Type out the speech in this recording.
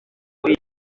muri